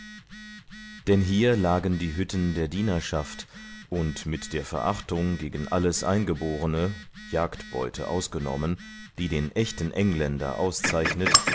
denn hier lagen die hütten der dienerschaft und mit der verachtung gegen alles eingeborene jagdbeute ausgenommen die den echten engländer auszeichnet